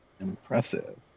impressive